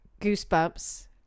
Goosebumps